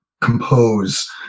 compose